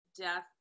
death